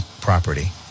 property